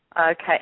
Okay